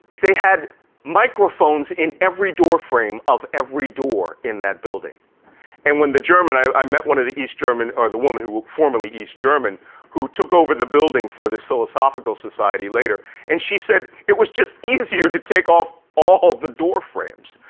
they had microphones in every doorframe of every door in that building and when the german, i met one of the east german or the woman who, formerly east german who took over the building for this philosophical society later and she said, it was just easier to take off all the doorframes.